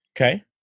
Okay